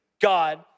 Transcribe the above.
God